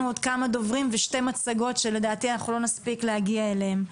עוד כמה דוברים ושתי מצגות שלדעתי לא נספיק להגיע אליהן.